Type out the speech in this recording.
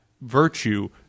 virtue